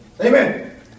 Amen